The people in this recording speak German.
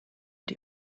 die